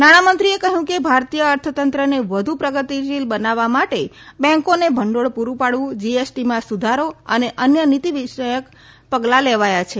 નાણામંત્રીએ કહ્યું કે ભારતીય અર્થતંત્રને વધુ પ્રગતિશીલ બનાવવા માટે બેન્કોને ભંડોળ પૂરું પાડવું જીએસટીમાં સુધારો અને અન્ય નીતિ વિષયક પગલાં લેવાયા છે